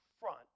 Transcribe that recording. front